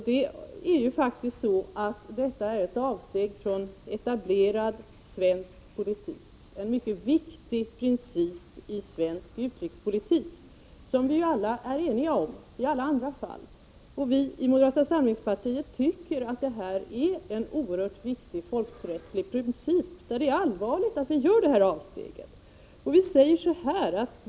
Det är faktiskt ett avsteg från etablerad svensk politik, från en mycket viktig princip i svensk utrikespolitik som vi är eniga om i alla andra fall. Vi i moderata samlingspartiet tycker att detta är en oerhört viktig folkrättslig princip och att det är allvarligt att vi gör ett avsteg från den.